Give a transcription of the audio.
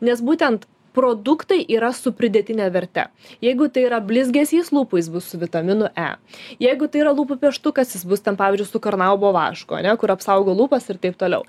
nes būtent produktai yra su pridėtine verte jeigu tai yra blizgesys lūpų jis bus su vitaminu e jeigu tai yra lūpų pieštukas jis bus ten pavyzdžiui su karnaubo vašku ane kur apsaugo lūpas ir taip toliau